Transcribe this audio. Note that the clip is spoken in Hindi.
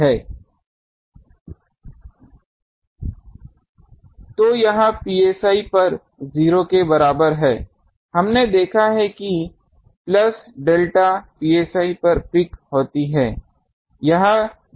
तो यह psi पर 0 के बराबर है हमने देखा है कि प्लस डेल्टा psi पर पीक होती है